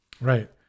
Right